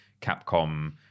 capcom